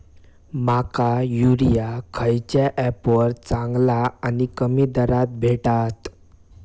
माका युरिया खयच्या ऍपवर चांगला आणि कमी दरात भेटात?